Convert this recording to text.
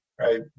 right